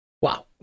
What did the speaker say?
Wow